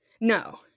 No